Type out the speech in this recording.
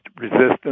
resistance